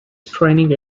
training